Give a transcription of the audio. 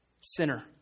sinner